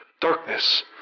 darkness